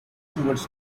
toward